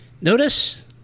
Notice